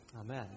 Amen